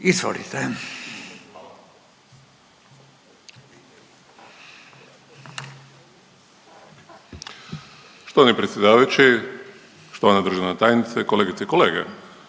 (Fokus)** Štovani predsjedavajući, štovana državna tajnice, kolegice i kolege.